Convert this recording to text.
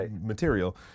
material